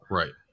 right